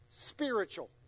spiritual